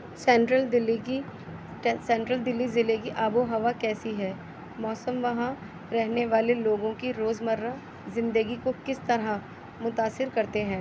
central Delhi کی central کی دلی ضلعے کی آب و ہوا کیسی ہے موسم وہاں رہنے والے لوگوں کی روز مرہ زندگی کو کس طرح متأثر کرتے ہیں